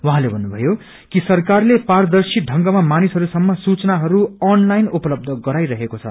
उहाँले भन्नुभयो कि सरकारले पारदर्शी ढंगमा मानिहरूसम्म सूचनाहरू आँनदलाइन उपलब्ध गराइरहेको छ